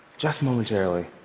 just momentarily,